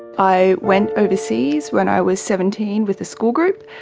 i went overseas when i was seventeen with a school group,